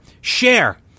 share